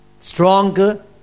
stronger